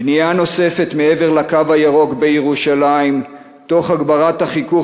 בנייה נוספת מעבר לקו הירוק בירושלים תוך הגברת החיכוך